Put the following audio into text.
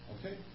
Okay